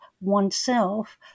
oneself